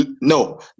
no